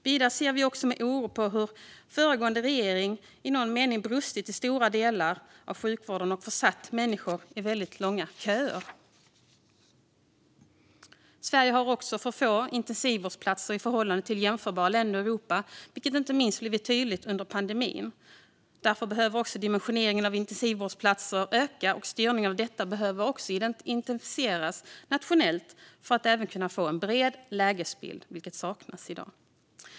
Vidare ser vi med oro på hur föregående regering i någon mening har brustit i stora delar av sjukvården och försatt människor i väldigt långa köer. Sverige har för få intensivvårdsplatser i förhållande till jämförbara länder i Europa, vilket inte minst blev tydligt under pandemin. Därför behöver dimensioneringen av intensivvårdsplatser öka. Styrningen av detta behöver intensifieras nationellt för att vi ska kunna få en bred lägesbild, vilket saknas i dag.